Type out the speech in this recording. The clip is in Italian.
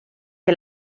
che